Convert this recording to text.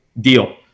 deal